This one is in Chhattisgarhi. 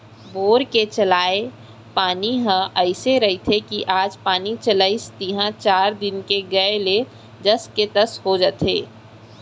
बोर के चलाय पानी ह अइसे रथे कि आज पानी चलाइस तिहॉं चार दिन के गए ले जस के तस हो जाथे